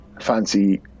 fancy